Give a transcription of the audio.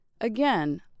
Again